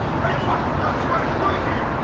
are you fucking nuts? what are you doing